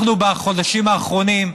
בחודשים האחרונים,